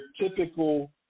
typical